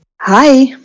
Hi